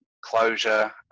Closure